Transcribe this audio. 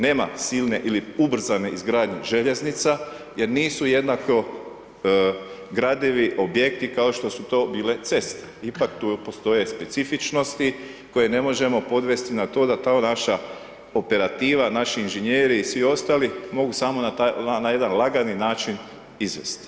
Nema silne ili ubrzane izgradnje željeznica jer nisu jednako gradivi objekti kao što su to bile ceste, ipak tu postoje specifičnosti koje ne možemo podvesti na to da ta naša operativa, naši inženjeri i svi ostali mogu samo na jedan lagani način izvesti.